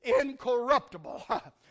incorruptible